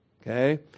okay